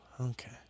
okay